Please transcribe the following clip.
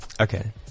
Okay